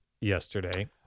yesterday